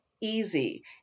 easy